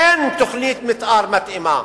אין תוכנית מיתאר מתאימה,